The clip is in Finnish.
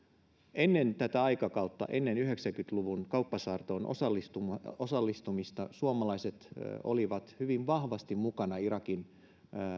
ennen tätä aikakautta ennen yhdeksänkymmentä luvun kauppasaartoon osallistumista osallistumista suomalaiset olivat hyvin vahvasti mukana irakin